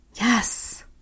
yes